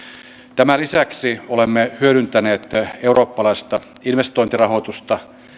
tämän lisäksi olemme hyödyntäneet eurooppalaista investointirahoitusta